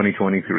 2023